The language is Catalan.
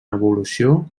evolució